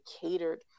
catered